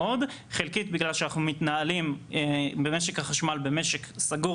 חלקית בגלל שאנחנו מתנהלים במשק החשמל במשק סגור